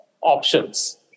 options